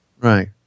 Right